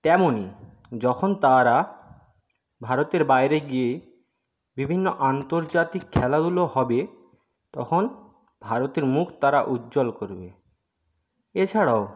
তেমনি যখন তারা ভারতের বাইরে গিয়ে বিভিন্ন আন্তর্জাতিক খেলাধুলো হবে তখন ভারতের মুখ তারা উজ্জ্বল করবে এছাড়াও